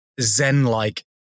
Zen-like